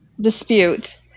dispute